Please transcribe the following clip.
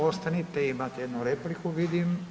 Ostanite, imate jednu repliku, vidim.